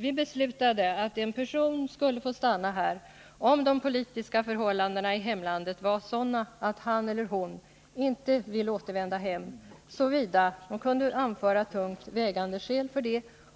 Vi beslutade då att en person skulle få stanna här om de politiska förhållandena i hemlandet var sådana att han eller hon inte ville återvända hem, förutsatt att personen kunde anföra tungt vägande skäl